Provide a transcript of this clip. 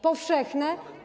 Powszechne?